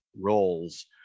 roles